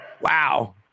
Wow